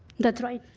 that's right.